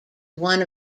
one